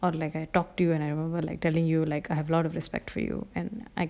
or like I talk to you and I remember like telling you like I have lot of respect for you and I